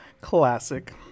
Classic